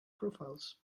profiles